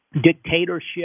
dictatorship